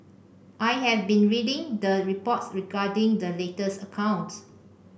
I have been reading the reports regarding the latest accounts